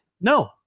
no